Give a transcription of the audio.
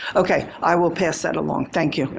ok. i will pass that along. thank you.